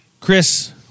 Chris